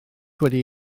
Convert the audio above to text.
wedi